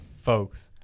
folks